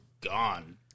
gone